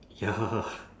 ya